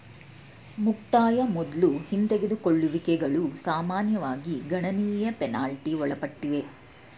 ಮುಕ್ತಾಯ ಮೊದ್ಲು ಹಿಂದೆಗೆದುಕೊಳ್ಳುವಿಕೆಗಳು ಸಾಮಾನ್ಯವಾಗಿ ಗಣನೀಯ ಪೆನಾಲ್ಟಿ ಒಳಪಟ್ಟಿವೆ